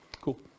Cool